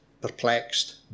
perplexed